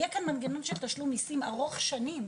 יהיה כאן מנגנון של תשלום מיסים ארוך שנים.